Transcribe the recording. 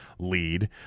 lead